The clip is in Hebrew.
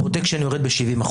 הפרוטקשן יורד ב-70%,